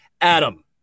Adam